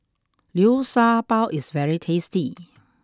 liu sha bao is very tasty